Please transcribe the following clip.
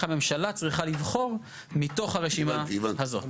הממשלה צריכה לבחור מתוך הרשימה הזאת.